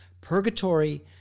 Purgatory